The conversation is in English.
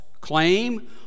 claim